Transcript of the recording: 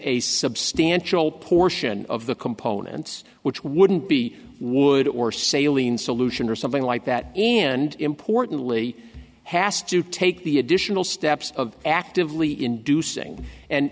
a substantial portion of the components which wouldn't be would or sailing solution or something like that and importantly has to take the additional steps of actively inducing and